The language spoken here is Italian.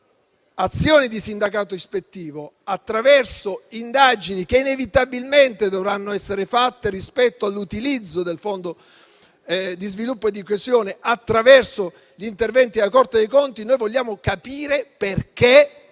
azioni di sindacato ispettivo, attraverso indagini che inevitabilmente dovranno essere fatte rispetto all'utilizzo del Fondo di sviluppo e di coesione, attraverso gli interventi alla Corte dei conti. Vogliamo capire perché